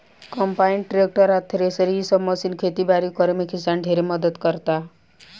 combine, tractor आ thresher इ सब मशीन खेती बारी करे में किसान ढेरे मदद कराता